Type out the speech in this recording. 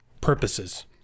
purposes